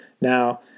Now